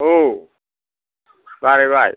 औ बारायबाय